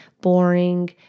boring